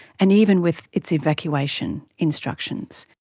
and even with its evacuation instructions.